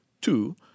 Two